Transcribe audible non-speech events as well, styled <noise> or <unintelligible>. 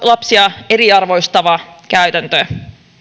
<unintelligible> lapsia eriarvoistava käytäntö